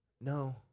No